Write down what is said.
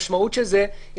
המשמעות של זה אחר כך,